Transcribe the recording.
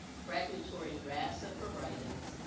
fragmentary drafts of her writings,